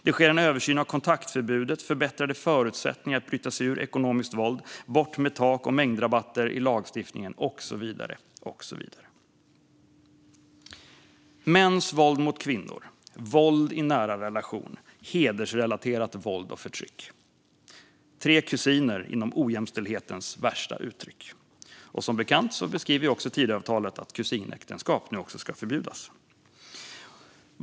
Det sker en översyn av kontaktförbudet, förbättrade förutsättningar att bryta sig ur ekonomiskt våld, borttagande av tak och mängdrabatter i lagstiftningen och så vidare. Mäns våld mot kvinnor, våld i nära relationer och hedersrelaterat våld och förtryck är tre kusiner inom ojämställdhetens värsta uttryck. Och som bekant står det också i Tidöavtalet att kusinäktenskap nu ska förbjudas.